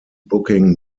booking